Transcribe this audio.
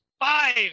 five